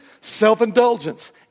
self-indulgence